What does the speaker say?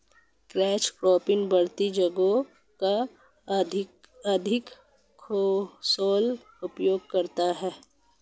catch cropping बढ़ती जगह का अधिक कुशल उपयोग करता है